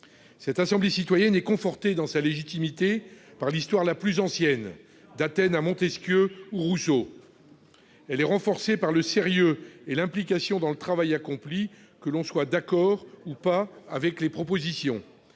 Cette assemblée citoyenne est confortée dans sa légitimité par l'histoire la plus ancienne, qui remonte à Athènes et passe par Montesquieu ou Rousseau. Elle est renforcée par le sérieux et l'implication dans le travail accompli, que l'on soit d'accord ou pas avec les propositions